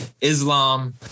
Islam